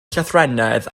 llythrennedd